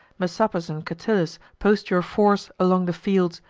messapus and catillus, post your force along the fields,